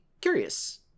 curious